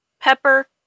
pepper